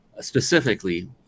specifically